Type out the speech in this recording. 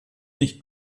nicht